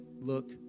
look